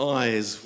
eyes